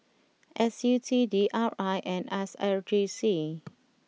S U T D R I and S R J C